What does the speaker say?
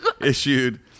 issued